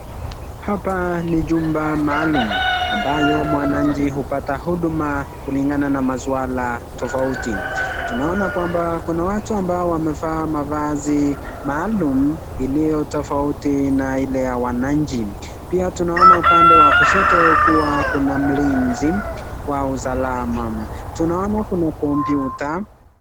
Hapa ni jumba maalum ambayo mwananchi hupata huduma kulingana na maswala tofauti. Tunaona kwamba kuna watu ambao wamevaa mavazi maalum iliyotofauti na ile ya wanchi pia tunaona upande wa kushoto kuwa kuna mlizi wa usalama tunaona kuna kompyuta.